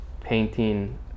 painting